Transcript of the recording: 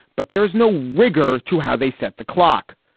but there is no rigor to how they set the clock.